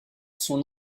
son